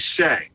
say